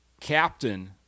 Captain